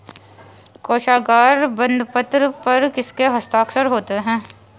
कोशागार बंदपत्र पर किसके हस्ताक्षर होते हैं?